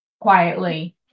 quietly